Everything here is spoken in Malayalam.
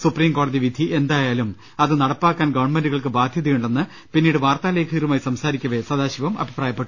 സുപ്രീം കോടതി വിധി എന്തായാലും അത് നടപ്പാക്കാൻ ഗവൺമെന്റുകൾക്ക് ബാധ്യതയുണ്ടെന്ന് പിന്നീട് വാർത്താലേഖകരുമായി സംസാ രിക്കവെ സദാശിവം അഭിപ്രായപ്പെട്ടു